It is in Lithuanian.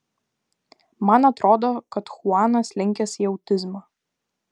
man atrodo kad chuanas linkęs į autizmą